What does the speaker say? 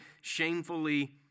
shamefully